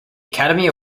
academy